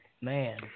Man